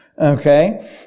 okay